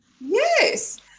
Yes